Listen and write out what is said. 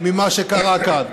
ממה שקרה כאן.